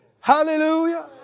Hallelujah